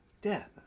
death